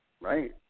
Right